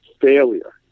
failure